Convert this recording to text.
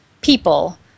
people